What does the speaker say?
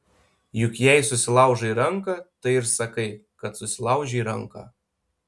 juk jei susilaužai ranką tai ir sakai kad susilaužei ranką